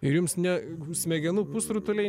ir jums ne smegenų pusrutuliai